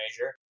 major